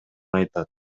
айтат